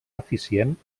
eficient